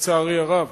לצערי הרב,